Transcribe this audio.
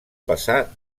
passar